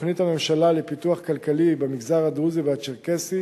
בתוכנית הממשלה לפיתוח כלכלי במגזר הדרוזי והצ'רקסי